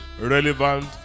Relevant